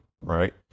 Right